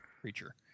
Creature